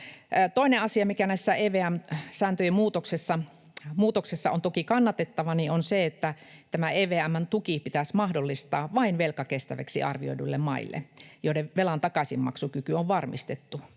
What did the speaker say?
Toinen asia, mikä tässä EVM-sääntöjen muutoksessa on toki kannatettava, on se, että tämä EVM:n tuki pitäisi mahdollistaa vain velkakestäväksi arvioiduille maille, joiden velan takaisinmaksukyky on varmistettu.